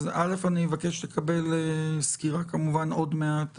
אז אני מבקש לקבל סקירה עוד מעט,